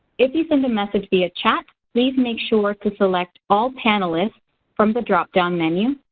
if you send a message via chat, please make sure to select all panelists from the drop-down menu,